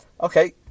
okay